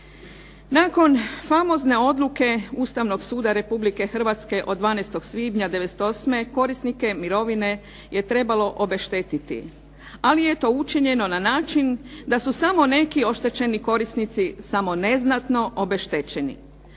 nakon famozne odluke Ustavnog suda Republike Hrvatske od 12. svibnja '98. korisnike mirovine je trebalo obeštetiti. Ali je to učinjeno na način da su samo neki oštećeni korisnici samo neznatno obeštećeni.